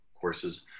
courses